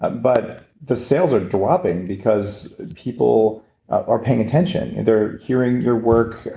ah but the sales are dropping because people are paying attention. they're hearing your work.